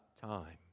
time